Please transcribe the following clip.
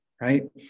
right